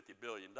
billion